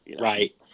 right